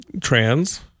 trans